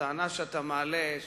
הטענה שאתה מעלה,